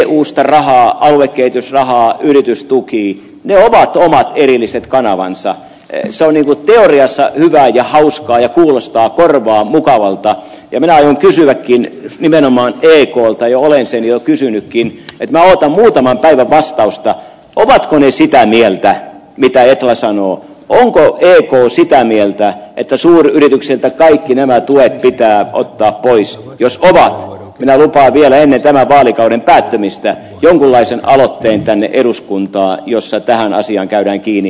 eusta rahaa aluekehitysrahaa yritystukiin kaatoi eiliset kanavansa ericssonin teoriassa media hauskaa ja kyllästää probleemitelalta lähellä kysyvätkin nimenomaan työ ei ole sen jo kysynytkin ytv on tämän päivän vastausta oli sitä mieltä mitä etla sanoo kääntyi ja jos yhtä mieltä että suuryrityksiltä kaikki nämä tuet pitää ottaa pois jos minä teen vielä ennen tämän vaalikauden päättymistä jonkunlaisen aloitteen tänne eduskuntaan jossa tähän asiaan käydäänkin